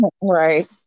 right